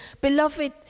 Beloved